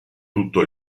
tutto